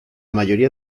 mayoría